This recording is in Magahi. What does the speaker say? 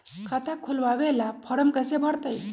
खाता खोलबाबे ला फरम कैसे भरतई?